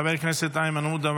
חבר הכנסת איימן עודה,